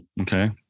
Okay